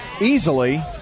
easily